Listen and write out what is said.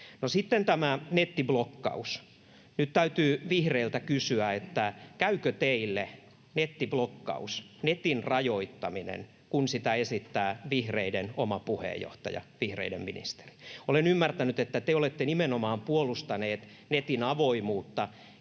sitten tämä nettiblokkaus: Nyt täytyy vihreiltä kysyä, että käykö teille nettiblokkaus, netin rajoittaminen, kun sitä esittää vihreiden oma puheenjohtaja, vihreiden ministeri. Olen ymmärtänyt, että te olette nimenomaan puolustaneet netin avoimuutta,